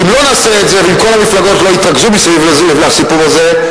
כי אם לא נעשה את זה ואם כל המפלגות לא יתרכזו מסביב לסיפור הזה,